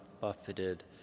buffeted